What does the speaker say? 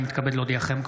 אני מתכבד להודיעכם,